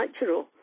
natural